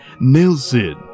Nelson